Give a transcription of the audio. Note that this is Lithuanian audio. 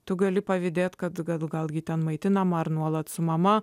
tu gali pavydėti kad gal ji ten maitinama ar nuolat su mama